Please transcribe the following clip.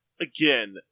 again